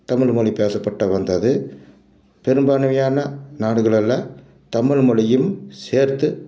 தமிழ்மொழி பேசப்பட்டு வந்தது பெரும்பான்மையான நாடுகளில் தமிழ்மொழியும் சேர்த்து